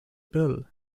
bill